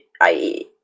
I-